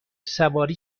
سواری